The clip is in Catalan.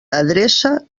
adreça